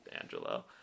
Angelo